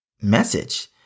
message